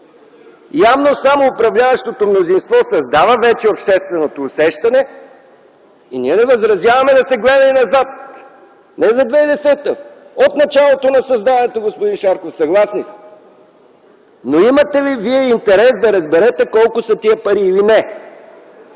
Явно само управляващото мнозинство създава вече общественото усещане, и ние не възразяваме да се гледа и назад. Не за 2010 г., от началото на създаването, господин Шарков, съгласни сме. Но имате ли вие интерес да разберете колко са тези пари или не?!